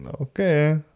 Okay